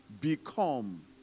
become